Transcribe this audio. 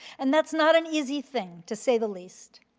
and that's not an easy thing, to say the least.